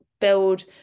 build